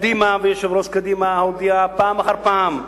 קדימה, ויושבת-ראש קדימה, הודיעה פעם אחר פעם,